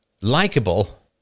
likable